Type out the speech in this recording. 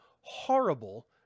horrible